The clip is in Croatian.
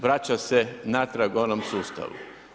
Vraća se natrag onom sustavu.